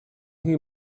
who